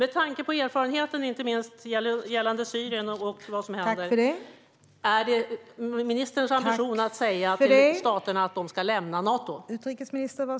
Är det ministerns ambition att säga till staterna att de ska lämna Nato, inte minst med tanke på erfarenheten gällande Syrien och vad som händer där?